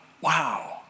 Wow